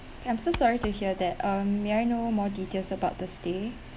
okay I'm so sorry to hear that um may I know more details about the stay